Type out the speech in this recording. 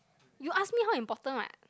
you ask me how important [what]